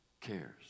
cares